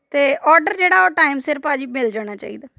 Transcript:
ਅਤੇ ਔਡਰ ਜਿਹੜਾ ਉਹ ਟਾਈਮ ਸਿਰ ਭਾਅ ਜੀ ਮਿਲ ਜਾਣਾ ਚਾਹੀਦਾ